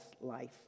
life